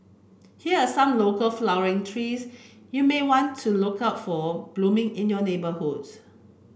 here are some local flowering trees you may want to look out for blooming in your neighbourhoods